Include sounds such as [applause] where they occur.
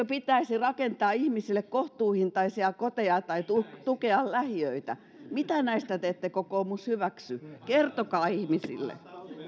[unintelligible] pitäisi rakentaa ihmisille kohtuuhintaisia koteja tai tukea lähiöitä mitä näistä te te ette kokoomus hyväksy kertokaa ihmisille